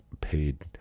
paid